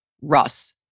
Russ